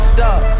Stop